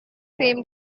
same